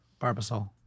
barbasol